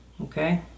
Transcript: Okay